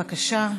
בבקשה.